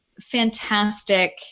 fantastic